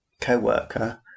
co-worker